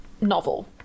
novel